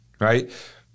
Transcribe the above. right